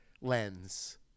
lens